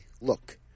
look